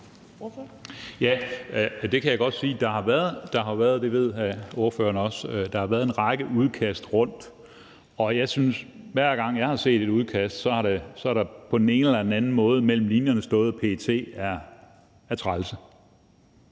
– det ved ordføreren også – været sendt en række udkast rundt, og jeg synes, at der, hver gang jeg har set et udkast, på den ene eller anden måde mellem linjerne har stået, at PET er trælse,